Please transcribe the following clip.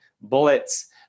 bullets